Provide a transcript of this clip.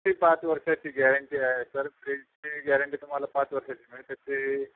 fee पाच वर्षाची guarantee आहे सर फ्रीजची गॅरंटी तुम्हाला पाच वर्षाची मिळते त्याची